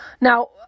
Now